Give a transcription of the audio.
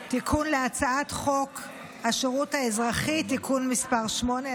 הצעת חוק שירות אזרחי (תיקון מס' 5),